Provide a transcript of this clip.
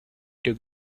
took